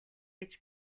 гэж